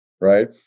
right